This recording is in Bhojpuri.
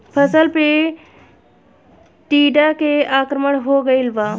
फसल पे टीडा के आक्रमण हो गइल बा?